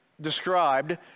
described